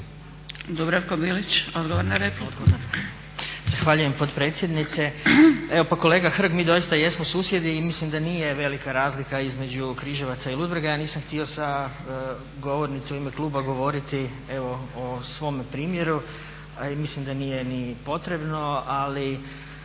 Dubravko Bilić, odgovor na repliku.